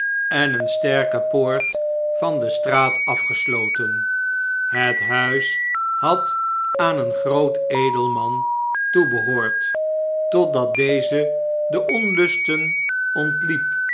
en eene sterke poort van de straat afgesloten het huis had aan een groot edelman toebehoord totdat deze de onlusten ontliep